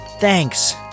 thanks